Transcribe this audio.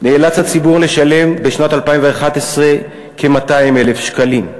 נאלץ הציבור לשלם בשנת 2011 כ-200,000 שקלים,